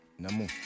Namu